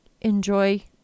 enjoy